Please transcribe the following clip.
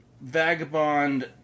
vagabond